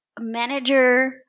manager